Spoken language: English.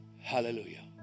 Hallelujah